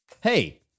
Hey